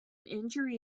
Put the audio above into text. injury